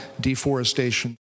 deforestation